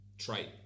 Trait